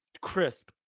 Crisp